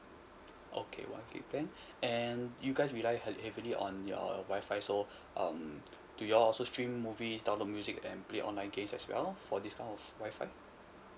okay one gig plan and you guys rely hea~ heavily on your WI-FI so um do you all also stream movies download music and play online games as well for this kind of WI-FI